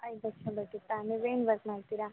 ಐದು ಲಕ್ಷ ಬೇಕಿತ್ತಾ ನೀವು ಏನು ವರ್ಕ್ ಮಾಡ್ತೀರಾ